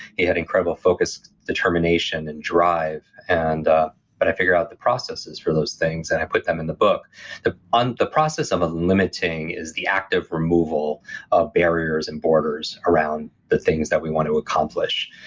he had incredible focused determination and drive, and ah but i figure out the processes for those things and i put them in the book the um the process of of un-limiting is the act of removal of barriers and borders around the things that we want to accomplish.